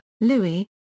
Louis